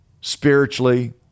spiritually